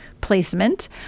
placement